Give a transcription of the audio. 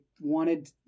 wanted